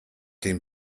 den